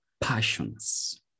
passions